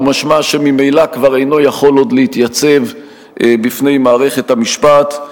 ומשמע שממילא כבר אינו יכול עוד להתייצב בפני מערכת המשפט,